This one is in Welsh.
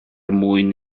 mwyn